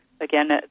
Again